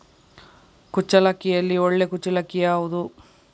ಕುಚ್ಚಲಕ್ಕಿಯಲ್ಲಿ ಒಳ್ಳೆ ಕುಚ್ಚಲಕ್ಕಿ ಯಾವುದು?